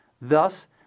thus